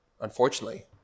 unfortunately